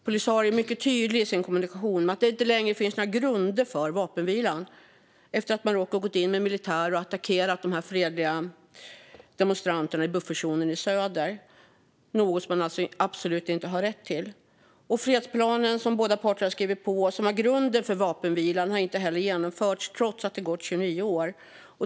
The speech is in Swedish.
Polisario är i sin kommunikation mycket tydligt med att det inte längre finns några grunder för vapenvilan efter att Marocko gått in med militär och attackerat de fredliga demonstranterna i buffertzonen i söder, något som man alltså absolut inte har rätt till. Den fredsplan som båda parter har skrivit på och som är grunden för vapenvilan har inte heller genomförts, trots att det gått 29 år.